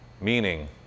Meaning